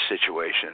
situation